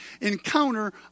encounter